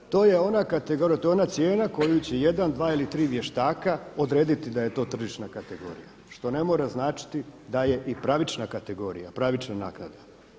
To je ona kategorija, to je ona cijena koju će jedan, dva ili tri vještaka odrediti da je to tržišna kategorija što ne mora značiti da je i pravična kategorija, pravična naknada.